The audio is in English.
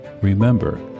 remember